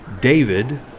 David